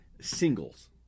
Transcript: Singles